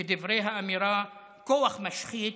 כדברי האמירה: "כוח משחית,